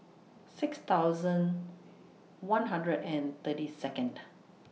six thousand one hundred and thirty Second